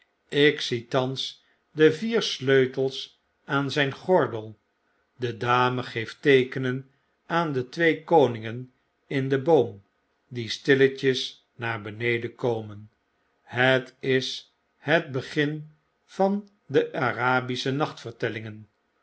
zie thans de vier sleutels aan zyn gordel de dame geeft teekenen aan de twee koningen in den boom die stilletjes naar beneden komen het is het begin van de arabische